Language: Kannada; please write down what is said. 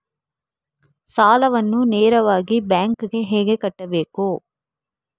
ಸಾಲವನ್ನು ನೇರವಾಗಿ ಬ್ಯಾಂಕ್ ಗೆ ಹೇಗೆ ಕಟ್ಟಬೇಕು?